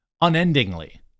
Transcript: unendingly